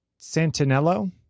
Santinello